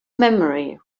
memory